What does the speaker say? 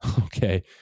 okay